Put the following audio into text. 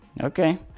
okay